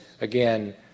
again